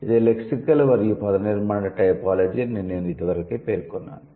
ఇది లెక్సికల్ మరియు పదనిర్మాణ టైపోలాజీ అని నేను ఇది వరకే పేర్కొన్నాను